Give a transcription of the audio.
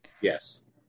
Yes